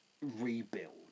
rebuild